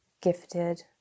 gifted